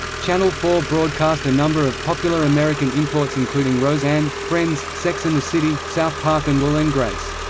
channel four broadcast a number of popular american imports including roseanne, friends, sex and the city, south park and will and grace.